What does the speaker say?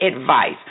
advice